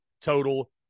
total